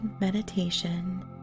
meditation